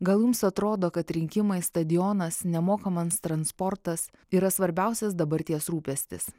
gal jums atrodo kad rinkimai stadionas nemokamas transportas yra svarbiausias dabarties rūpestis